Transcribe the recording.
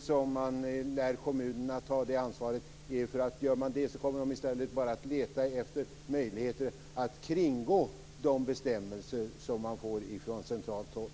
som man lär kommunerna att ta det ansvaret. Gör man det kommer de i stället bara att leta efter möjligheter att kringgå de bestämmelser man får från centralt håll.